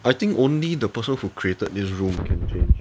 I think only the person who created this room can change